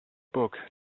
book